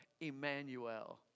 Emmanuel